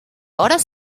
hores